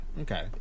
Okay